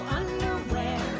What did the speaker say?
underwear